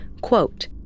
Quote